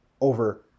over